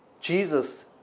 Jesus